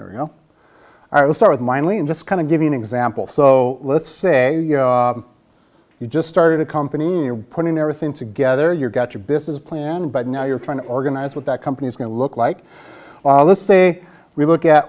there you know i will start mining and just kind of give you an example so let's say you just started a company you're putting everything together you've got your business plan but now you're trying to organize what that company is going to look like let's say we look at